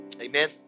Amen